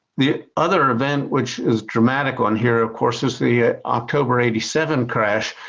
the other event which is dramatic on here, of course, is the october eighty seven crash,